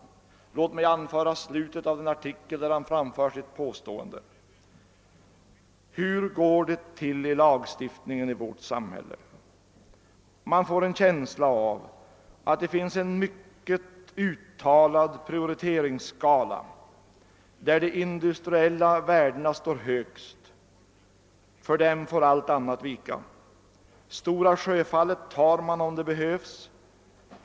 Låt mig anföra slutet av den artikel där han framför sitt påstående: »Hur går det till i lagstiftningen i vårt samhälle? Man får en känsla av att det finns en mycket uttalad prioriteringsskala, där de industriella värdena står högst, för dem får allt annat vika. Stora Sjöfallet tar man, om det behövs.